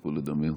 יספיקו לדבר.